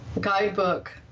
guidebook